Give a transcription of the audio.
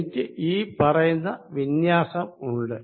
എനിക്ക് ഈ പറയുന്ന വിന്യാസം ഉണ്ട്